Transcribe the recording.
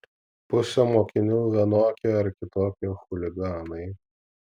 pusė mokinių vienokie ar kitokie chuliganai